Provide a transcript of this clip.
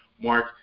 Mark